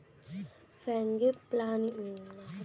frangipani ফুলকে বাংলা ভাষায় কাঠগোলাপ বলা হয়